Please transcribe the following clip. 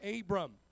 Abram